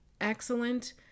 excellent